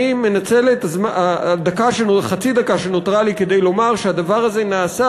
אני מנצל את חצי הדקה שנותרה לי כדי לומר שהדבר הזה נעשה